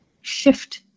shift